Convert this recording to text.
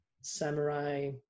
Samurai